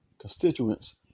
constituents